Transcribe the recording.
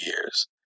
years